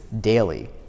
daily